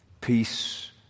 peace